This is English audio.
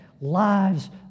lives